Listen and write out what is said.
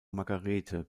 margarete